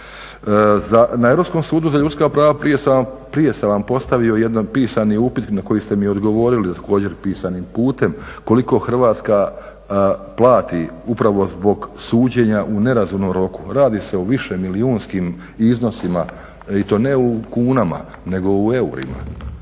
Na Europskom sudu za ljudska prava prije sam vam postavio jedan pisani upit na koji ste mi odgovorili također pisanim pute koliko Hrvatska plati upravo zbog suđenja u nerazumnom roku, radi se o više milijunskim iznosima, i to ne u kunama nego u eurima,